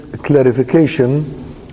clarification